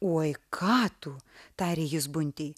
oi ką tu tarė jis buntei